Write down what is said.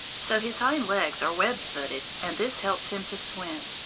so his hind legs are web-footed, and this helps him to swim.